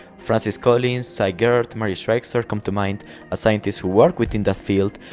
francis collins, sy garte, mary schweitzer, come to mind a scientists who work within that field,